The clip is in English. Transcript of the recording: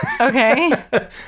Okay